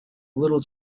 little